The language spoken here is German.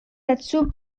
dazu